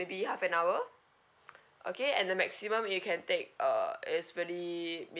maybe half an hour okay and the maximum you can take uh is really